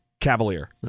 Cavalier